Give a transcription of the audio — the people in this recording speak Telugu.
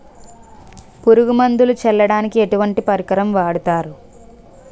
పురుగు మందులు చల్లడానికి ఎటువంటి పరికరం వాడతారు?